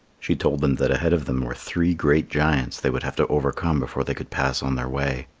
she told them that ahead of them were three great giants they would have to overcome before they could pass on their way.